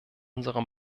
unsere